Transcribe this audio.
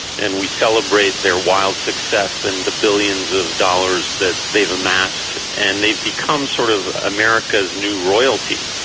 and we celebrate their wild success and the billions of dollars that they've amassed, and they've become sort of america's new royalty,